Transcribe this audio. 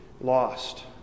lost